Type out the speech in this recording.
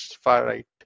far-right